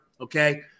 Okay